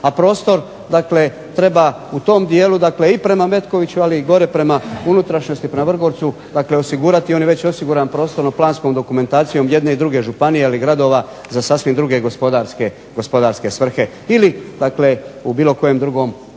a prostor treba u tom dijelu dakle i prema Metkoviću, ali i gore prema unutrašnjosti, prema Vrgorcu dakle osigurati i on je već osiguran prostorno-planskom dokumentacijom jedne i druge županije, ali i gradova za sasvim druge gospodarske svrhe ili u bilo kojem drugom